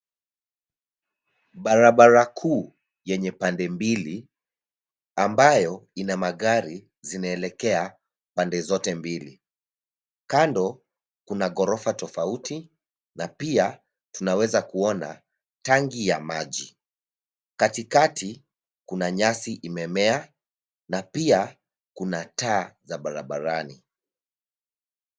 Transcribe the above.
Mto unaoonekana kuwa mchafu ukiwa na takataka zinazoelea juu ya maji. Pwani zake zinaonekana kuwa kavu na zina udongo mwekundu kwa upande mmoja na upande mwingine una mimea mingi. Kwa mbali majengo yanaweza kuonekana.